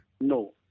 No